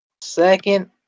Second